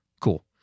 Cool